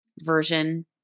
version